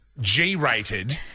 G-rated